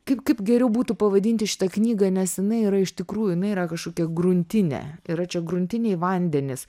kaip kaip geriau būtų pavadinti šitą knygą nes jinai yra iš tikrųjų jinai yra kažkokia gruntinė yra čia gruntiniai vandenys